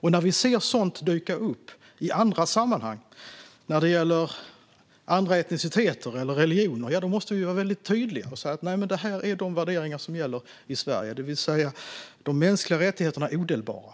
När vi ser sådant dyka upp i andra sammanhang, som andra etniciteter eller andra religioner, måste vi vara väldigt tydliga och tala om vilka värderingar som gäller i Sverige. De mänskliga rättigheterna är odelbara.